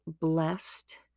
blessed